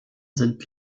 sind